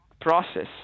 process